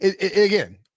again